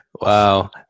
Wow